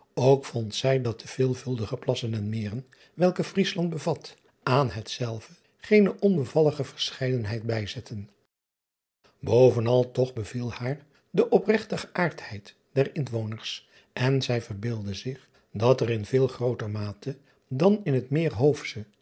vond zij dat de veelvuldige plassen en meren welke riesland bevat aan hetzelve geene onbevallige verscheidenheid bijzetten ovenal toch beviel haar de opregte geaardheid driaan oosjes zn et leven van illegonda uisman der inwoners en zij verbeeldde zich dat er in veel grooter mate dan in het meer hoofsche